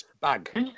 bag